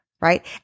right